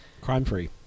Crime-free